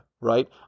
right